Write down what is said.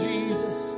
Jesus